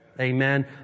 Amen